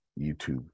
YouTube